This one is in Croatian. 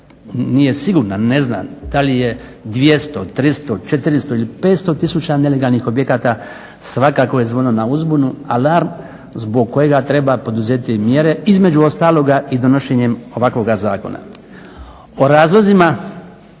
nije sigurna, ne zna da li je 200, 300, 400 ili 500 tisuća nelegalnih objekata svakako je zvono na uzbunu, alarm zbog kojega treba poduzeti mjere, između ostaloga i donošenjem ovakvoga zakona.